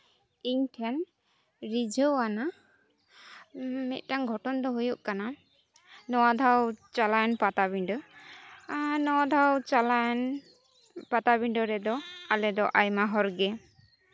ᱤᱧ ᱴᱷᱮᱱ ᱨᱤᱡᱷᱟᱹᱣ ᱟᱱᱟᱜ ᱢᱤᱫᱴᱮᱱ ᱜᱷᱚᱴᱚᱱ ᱫᱚ ᱦᱩᱭᱩᱜ ᱠᱟᱱᱟ ᱱᱚᱣᱟ ᱫᱷᱟᱣ ᱪᱟᱞᱟᱣᱮᱱ ᱯᱟᱴᱟᱵᱤᱱᱰᱟᱹ ᱟᱨ ᱱᱚᱣᱟ ᱫᱷᱟᱣ ᱪᱟᱞᱟᱣᱮᱱ ᱯᱟᱴᱟᱵᱤᱰᱟᱹ ᱨᱮᱫᱚ ᱟᱞᱮᱫᱚ ᱟᱭᱢᱟ ᱦᱚᱲᱜᱮ